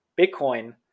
Bitcoin